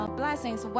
blessings